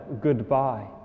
goodbye